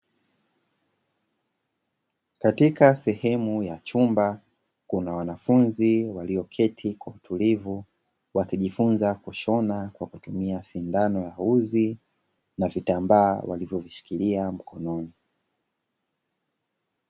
Katika sehemu ya chumba, kuna wanafunzi, walioketi kwa utulivu, watajifunza kushona kwa kutumia sendano ya uzi na vitambaa walivyovishikilia mkononi.